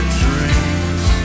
dreams